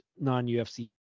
non-UFC